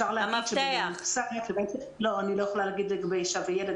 אני לא יכולה להגיד לגבי אישה וילד,